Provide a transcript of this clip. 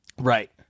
right